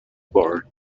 born